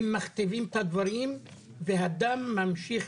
הם מכתיבים את הדברים והדם ממשיך